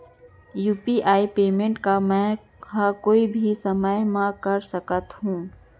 UPI payment का मैं ह कोई भी समय म कर सकत हो?